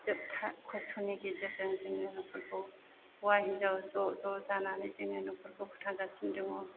जोबथा खस्थ'नि गेजेरजों जोङो नखरखौ हौवा हिन्जाव ज' ज' जानानै जोङो नखरखौ फोथांगासिनो दङ